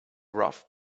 rough